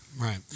Right